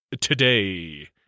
today